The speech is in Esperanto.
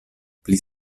pli